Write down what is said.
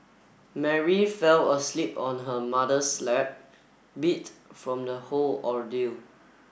Mary fell asleep on her mother's lap beat from the whole ordeal